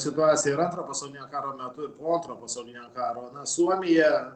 situaciją ir antro pasaulinio karo metu ir po antro pasaulinio karo suomija